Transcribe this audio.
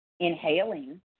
Inhaling